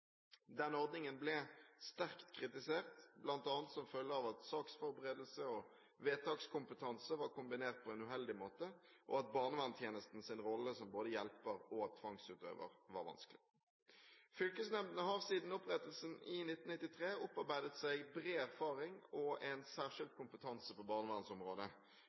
Denne ordningen ble sterkt kritisert, bl.a. som følge av at saksforberedelse og vedtakskompetanse var kombinert på en uheldig måte, og at barnevernstjenestens rolle som både hjelper og tvangsutøver var vanskelig. Fylkesnemndene har siden opprettelsen i 1993 opparbeidet seg bred erfaring og en særskilt kompetanse på barnevernsområdet.